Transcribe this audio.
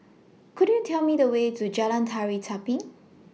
Could YOU Tell Me The Way to Jalan Tari Zapin